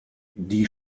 die